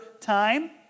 time